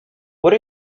what